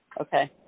Okay